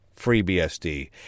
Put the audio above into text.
FreeBSD